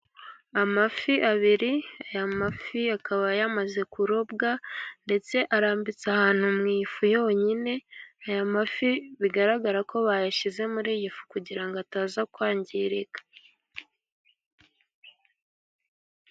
Amafi abiri, aya mafi akaba yamaze kurobwa ndetse arambitse ahantu mu ifu yonyine. Aya mafi bigaragara ko bayashyize muri iyi fu kugira ngo ataza kwangirika.